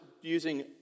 using